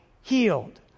healed